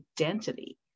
identity